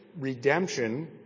redemption